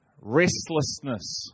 Restlessness